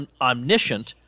omniscient